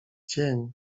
dzień